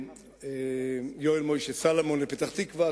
יואל משה סלומון לפתח-תקווה,